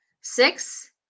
Six